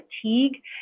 fatigue